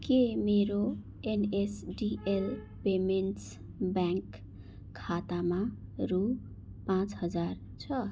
के मेरो NSDL payments bank खातामा रु पाँच हजार छ